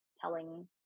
telling